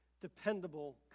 dependable